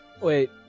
wait